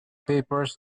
papers